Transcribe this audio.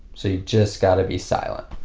so you've just got to be silent.